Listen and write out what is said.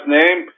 name